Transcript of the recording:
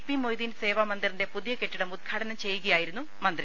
P Moideen സേവാമന്ദിറിന്റെ പുതിയ കെട്ടിടം ഉദ്ഘാടനം ചെയ്യുക യായിരുന്നു മന്ത്രി